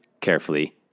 carefully